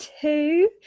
two